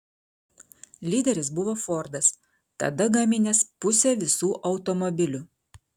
lyderis buvo fordas tada gaminęs pusę visų automobilių